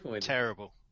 terrible